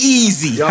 easy